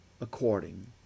according